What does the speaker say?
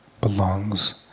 belongs